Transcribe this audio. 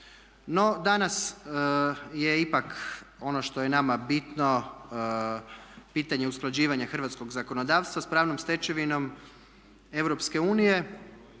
danas je ipak ono što je nama bitno pitanje usklađivanja hrvatskog zakonodavstva s pravnom stečevinom EU i